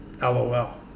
lol